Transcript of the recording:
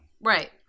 right